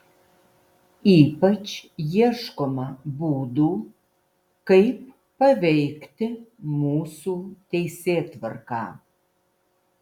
ypač ieškoma būdų kaip paveikti mūsų teisėtvarką